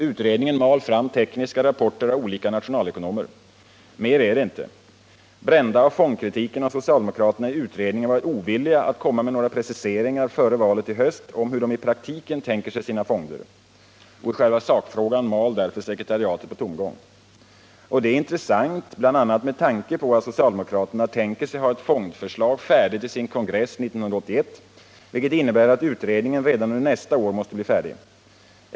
Utredningen mal fram tekniska rapporter av olika nationalekonomer. Mer är det inte. Brända av fondkritiken har socialdemokraterna i utredningen varit ovilliga att komma med några preciseringar före valet i höst om hur de i praktiken tänker sig sina fonder. I själva sakfrågan mal därför sekretariatet på tomgång. Detta är intressant bl.a. med tanke på att socialdemokraterna tänker sig att ha ett fondförslag färdigt till sin kongress 1981, vilket innebär att utredningen redan under nästa år måste bli färdig.